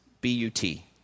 B-U-T